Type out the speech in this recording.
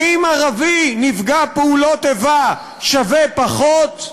האם ערבי נפגע פעולות איבה שווה פחות?